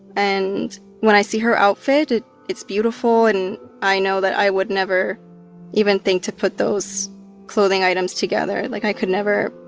and when i see her outfit, it's beautiful. and i know that i would never even think to put those clothing items together. like, i could never,